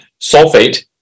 sulfate